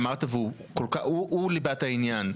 אמרת והוא ליבת העניין.